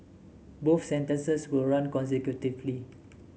both sentences will run consecutively